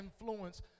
influence